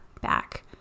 back